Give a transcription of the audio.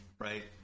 right